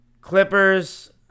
Clippers